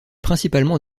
principalement